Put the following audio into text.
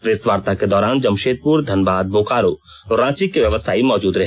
press वार्ता के दौरान जमशेदपुर धनबाद बोकारो और रांची के व्यवसायी मौजूद रहे